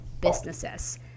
businesses